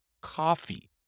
coffee